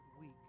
week